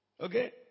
Okay